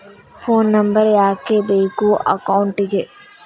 Phone number ಯಾಕೆ ಬೇಕು ಅಕೌಂಟಿಗೆ?